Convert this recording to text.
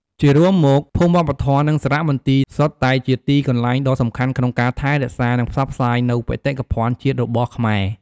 ជារួមមក ភូមិវប្បធម៌ និងសារមន្ទីរ សុទ្ធតែជាទីកន្លែងដ៏សំខាន់ក្នុងការថែរក្សា និងផ្សព្វផ្សាយនូវបេតិកភណ្ឌជាតិរបស់ខ្មែរ។